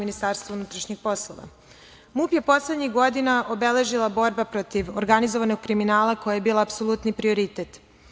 Ministarstvo unutrašnjih poslova je poslednjih godina obeležila borba protiv organizovanog kriminala, koja je bila apsolutni prioritet.